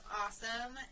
awesome